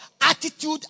attitude